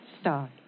start